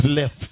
left